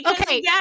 Okay